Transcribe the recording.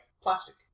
plastic